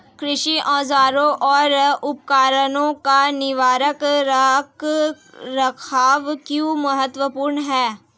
कृषि औजारों और उपकरणों का निवारक रख रखाव क्यों महत्वपूर्ण है?